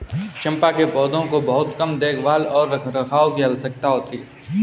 चम्पा के पौधों को बहुत कम देखभाल और रखरखाव की आवश्यकता होती है